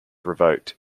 revoked